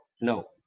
No